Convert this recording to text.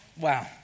Wow